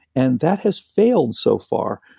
and that has failed so far.